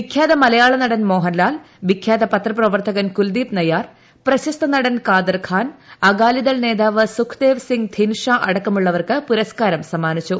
വിഖ്യാത മലയാള നടൻ മോഹൻലാൽ വിഖ്യാത പത്രപ്രവർത്തകൻ കുൽദീപ് നയ്യാർ പ്രശസ്ത നടൻ കാദർ ഖാൻ അകാലിദൾ നേതാവ് സുഖ്ദേവ് സിംഗ് ധിൻഷാ അടക്കമുള്ളവർക്ക് പുരസ്കാരം സമ്മാനിച്ചു